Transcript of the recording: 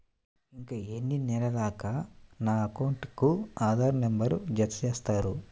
ఇంకా ఎన్ని నెలలక నా అకౌంట్కు ఆధార్ నంబర్ను జత చేస్తారు?